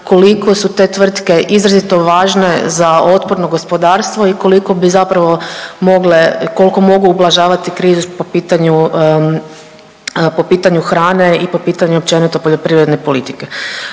koliko su se tvrtke izrazito važne za otporno gospodarstvo i koliko bi zapravo mogle, koliko mogu ublažavati krizu po pitanju hrane i po pitanju općenito poljoprivredne politike.